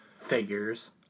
figures